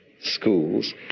schools